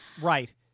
Right